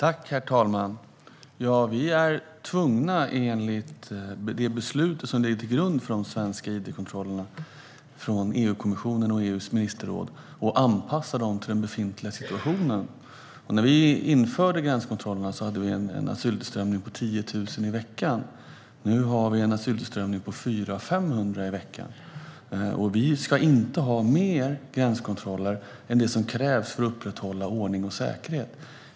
Herr talman! Vi är enligt de beslut från EU-kommissionen och EU:s ministerråd som ligger till grund för de svenska id-kontrollerna tvungna att anpassa dem till den befintliga situationen. När vi införde gränskontrollerna hade vi en asyltillströmning på 10 000 i veckan. Nu har vi en asyltillströmning på 400-500 i veckan. Vi ska inte ha mer gränskontroller än vad som krävs för att upprätthålla ordning och säkerhet.